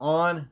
on